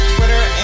Twitter